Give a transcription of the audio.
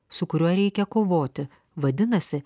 su kuriuo reikia kovoti vadinasi